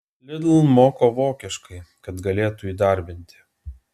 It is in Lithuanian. lidl moko vokiškai kad galėtų įdarbinti